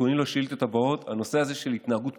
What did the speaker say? אדוני סגן